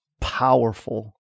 powerful